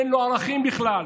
אין להם ערכים בכלל.